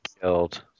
killed